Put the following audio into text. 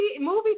movie